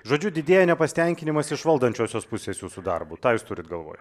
žodžiu didėja nepasitenkinimas iš valdančiosios pusės jūsų darbu tą jūs turit galvoj